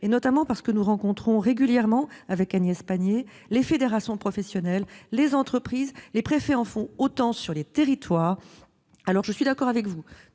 notamment parce que nous rencontrons régulièrement, avec Agnès Pannier-Runacher, les fédérations professionnelles et les entreprises. Les préfets en font autant dans les territoires. Je suis d'accord avec vous